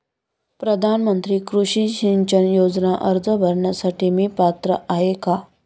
प्रधानमंत्री कृषी सिंचन योजना अर्ज भरण्यासाठी मी पात्र आहे का?